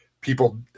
People